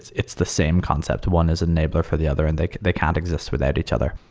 it's it's the same concept. one is an enabler for the other and they they can't exist without each other.